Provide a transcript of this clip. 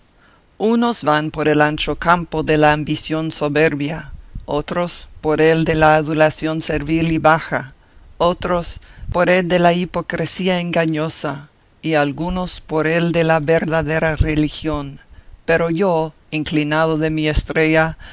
unos van por el ancho campo de la ambición soberbia otros por el de la adulación servil y baja otros por el de la hipocresía engañosa y algunos por el de la verdadera religión pero yo inclinado de mi estrella